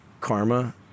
karma